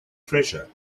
treasure